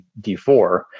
D4